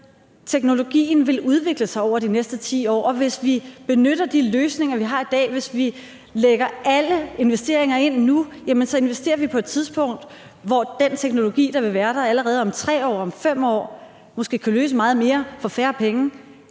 teknologien vil udvikle sig over de næste 10 år, og hvis vi benytter de løsninger, vi har i dag, hvis vi lægger alle investeringer ind nu, jamen så investerer vi på et tidspunkt, der ligger før den teknologi, der vil være der allerede om 3 år, om 5 år, og som måske kan løse meget mere for færre penge;